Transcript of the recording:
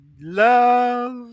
love